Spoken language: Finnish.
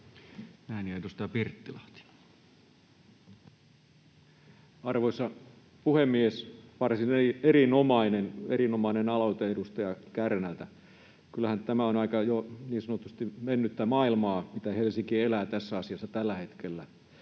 Time: 18:28 Content: Arvoisa puhemies! Varsin erinomainen aloite edustaja Kärnältä. Kyllähän tämä on jo niin sanotusti mennyttä maailmaa, mitä Helsinki elää tässä asiassa tällä hetkellä.